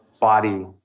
body